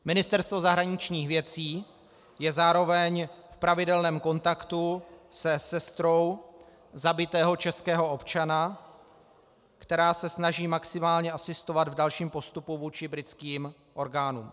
Ministerstvo zahraničních věcí je zároveň v pravidelném kontaktu se sestrou zabitého českého občana, která se snaží maximálně asistovat v dalším postupu vůči britským orgánům.